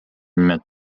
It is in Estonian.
nimed